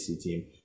team